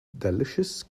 delicious